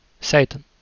Satan